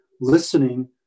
listening